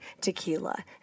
tequila